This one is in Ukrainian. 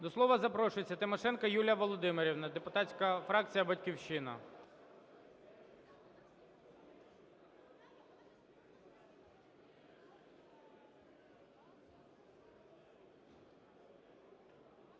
До слова запрошується Тимошенко Юлія Володимирівна, депутатська фракція "Батьківщина".